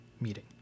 meeting